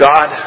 God